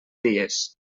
dies